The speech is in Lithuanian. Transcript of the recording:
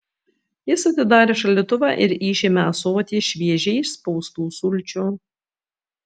jis atidarė šaldytuvą ir išėmė ąsotį šviežiai išspaustų sulčių